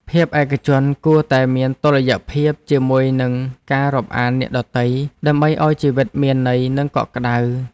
ភាពឯកជនគួរតែមានតុល្យភាពជាមួយនឹងការរាប់អានអ្នកដទៃ ដើម្បីឱ្យជីវិតមានន័យនិងកក់ក្តៅ។